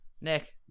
Nick